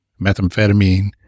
methamphetamine